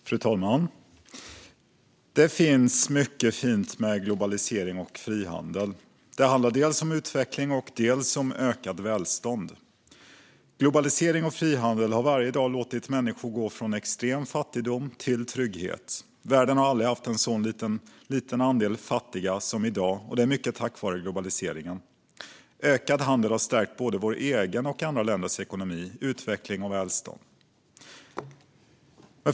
Fru talman! Det finns mycket fint med globalisering och frihandel. Det handlar dels om utveckling, dels om ökat välstånd. Globalisering och frihandel har varje dag låtit människor gå från extrem fattigdom till trygghet. Världen har aldrig haft en så liten andel fattiga som i dag, och det är mycket tack vare globaliseringen. Ökad handel har stärkt både vår egen och andra länders ekonomi, utveckling och välstånd.